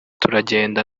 turagenda